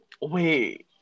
Wait